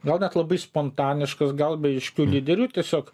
gal net labai spontaniškas gal be aiškių lyderių tiesiog